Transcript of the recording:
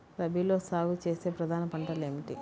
రబీలో సాగు చేసే ప్రధాన పంటలు ఏమిటి?